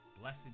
Blessed